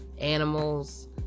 animals